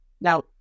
Now